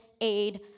aid